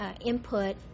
input